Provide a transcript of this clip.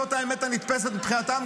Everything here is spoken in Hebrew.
זו האמת שנתפסת מבחינתם,